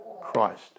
Christ